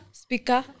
speaker